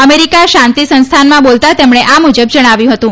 America શાંતિ સંસ્થાનમાં બોલતાં તેમણે આ મુજબ જણાવ્યું હતું